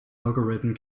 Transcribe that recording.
algorithm